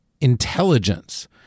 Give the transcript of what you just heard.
intelligence